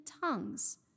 tongues